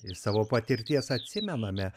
iš savo patirties atsimename